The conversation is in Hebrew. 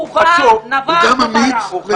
הוא חצוף ובוטה.